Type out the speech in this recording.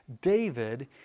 David